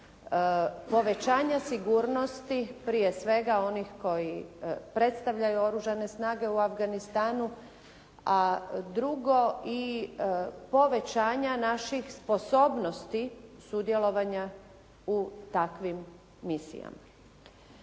povećanja sigurnosti prije svega onih koji predstavljaju Oružane snage u Afganistanu. A drugo i povećanja naših sposobnosti sudjelovanja u takvim misijama.